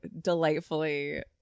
delightfully